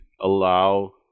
allow